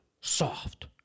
soft